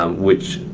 um which,